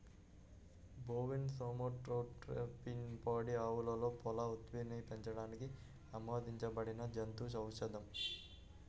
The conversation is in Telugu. బోవిన్ సోమాటోట్రోపిన్ పాడి ఆవులలో పాల ఉత్పత్తిని పెంచడానికి ఆమోదించబడిన జంతు ఔషధం